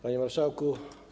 Panie Marszałku!